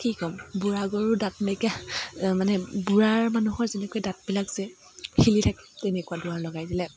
কি ক'ম বুঢ়া গৰুৰ দাঁত নাইকীয়া মানে বুঢ়াৰ মানুহৰ যেনেকৈ দাঁতবিলাক যে হিলি থাকে তেনেকুৱা দুৱাৰ লগাই দিলে